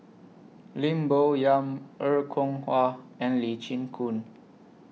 Lim Bo Yam Er Kwong Wah and Lee Chin Koon